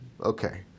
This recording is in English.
okay